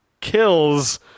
kills